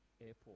airport